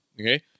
Okay